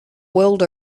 world